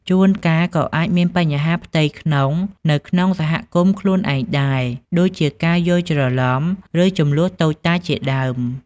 ជួនកាលក៏អាចមានបញ្ហាផ្ទៃក្នុងនៅក្នុងសហគមន៍ខ្លួនឯងដែរ ដូចជាការយល់ច្រឡំ ឬជម្លោះតូចតាចជាដើម ។